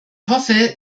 hoffe